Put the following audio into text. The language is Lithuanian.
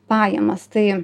pajamas tai